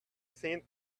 seen